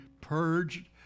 purged